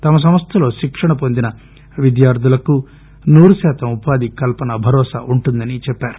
తమ సంస్టలో శిక్షణ పొందిన విద్యార్దులకు నూరు శాతం ఉపాధి కల్పన భరోసా ఉంటుందని చెప్పారు